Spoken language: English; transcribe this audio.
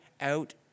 out